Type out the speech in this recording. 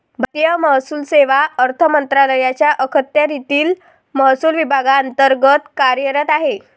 भारतीय महसूल सेवा अर्थ मंत्रालयाच्या अखत्यारीतील महसूल विभागांतर्गत कार्यरत आहे